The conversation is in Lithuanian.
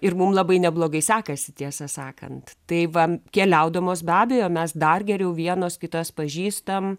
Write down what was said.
ir mum labai neblogai sekasi tiesą sakant tai va keliaudamos be abejo mes dar geriau vienos kitas pažįstam